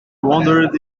wondered